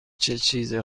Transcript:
چیز